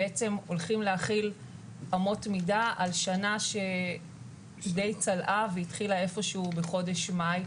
הולכים להחיל אמות מידה על שנה שדי צלעה והתחילה איפשהו בחודש מאי.